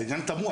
העניין תמוה.